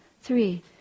three